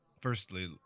Firstly